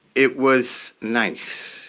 it was nice.